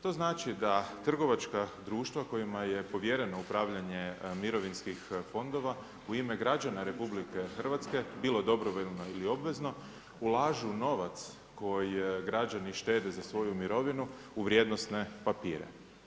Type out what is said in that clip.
To znači da trgovačka društva kojima je povjerenje upravljanje mirovinskih fondova u ime građana RH bilo dobrovoljno ili obvezno ulažu novac koji građani štede za svoju mirovinu u vrijednosne papire.